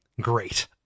great